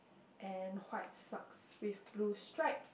and white socks with blue stripe